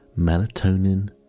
melatonin